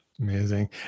Amazing